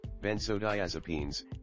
benzodiazepines